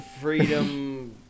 Freedom